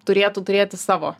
turėtų turėti savo